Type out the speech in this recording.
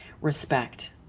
respect